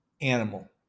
animal